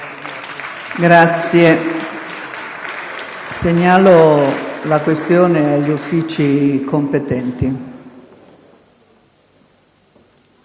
Presidenza segnala la questione agli Uffici competenti.